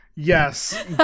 Yes